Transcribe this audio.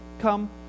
Come